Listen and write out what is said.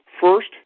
First